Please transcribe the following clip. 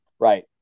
Right